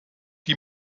die